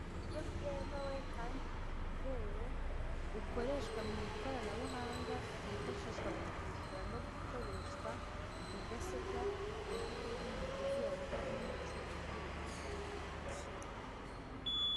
Uburyo bwemewe kandi bwizewe bukoreshwa mu ikoranabuhanga bwifashishwa mu kwishyura no gukoreshwa mudasobwa kurubuga rw'umuguzi abarizwaho n'umucuruzi bakaganira ku giciro.